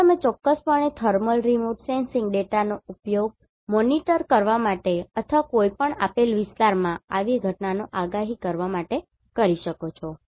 તેથી તમે ચોક્કસપણે થર્મલ રિમોટ સેન્સિંગ ડેટાનો ઉપયોગ મોનિટર કરવા માટે અથવા કોઈપણ આપેલ વિસ્તારમાં આવી ઘટનાઓની આગાહી કરવા માટે કરી શકો છો